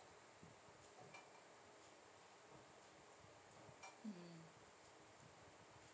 mm